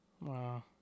Wow